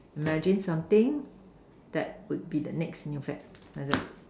imagine something that will be the next new fad like that